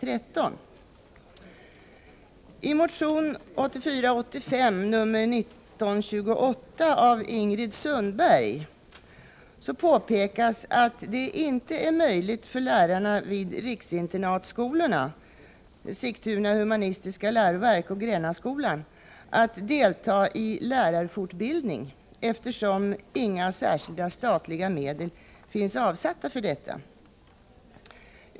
I motion 1984/85:1928 av Ingrid Sundberg påpekas att det inte är möjligt för lärarna vid riksinternatskolorna — Sigtuna humanistiska läroverk och Grännaskolan — att delta i lärarfortbildning, eftersom inga särskilda statliga medel finns avsatta för detta.